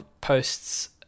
posts